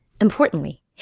importantly